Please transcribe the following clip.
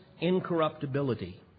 incorruptibility